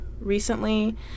recently